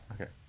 Okay